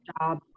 job